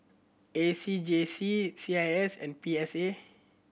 A C J C C I S and P S A